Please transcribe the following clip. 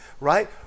right